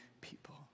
people